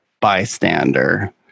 bystander